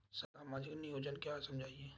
सामाजिक नियोजन क्या है समझाइए?